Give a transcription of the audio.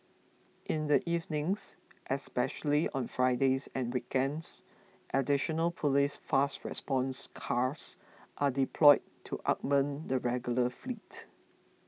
in the evenings especially on Fridays and weekends additional police fast response cars are deployed to augment the regular fleet